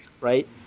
right